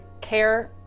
care